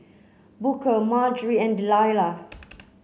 Booker Margery and Delilah